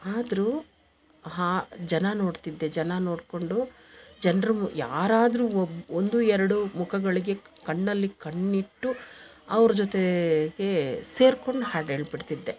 ಆದ್ರು ಹಾ ಜನ ನೋಡ್ತಿದ್ದೆ ಜನ ನೋಡ್ಕೊಂಡು ಜನರು ಯಾರಾದರು ಒಂದು ಎರಡು ಮುಖಗಳಿಗೆ ಕಣ್ಣಲ್ಲಿ ಕಣ್ಣಿಟ್ಟು ಅವ್ರ ಜೊತೆಗೆ ಸೇರ್ಕೊಂಡು ಹಾಡು ಹೇಳ್ಬಿಡ್ತಿದ್ದೆ